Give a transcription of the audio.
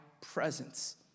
presence